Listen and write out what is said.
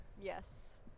Yes